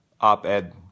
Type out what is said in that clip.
op-ed